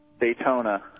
Daytona